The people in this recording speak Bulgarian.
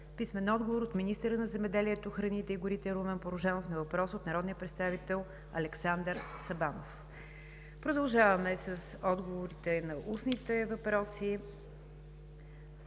Милен Михов; - министъра на земеделието, храните и горите Румен Порожанов на въпрос от народния представител Александър Сабанов. Продължаваме с отговорите на устните въпроси.